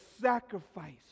sacrifice